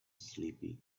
sleeping